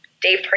Dave